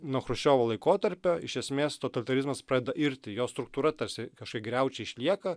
nuo chruščiovo laikotarpio iš esmės totalitarizmas pradeda irti jo struktūra tarsi kažkokie griaučiai išlieka